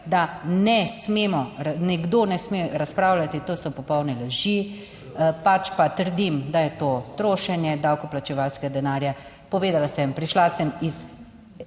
da ne smemo, nekdo ne sme razpravljati, to so popolne laži, pač pa trdim, da je to trošenje davkoplačevalskega denarja. Povedala sem, prišla sem iz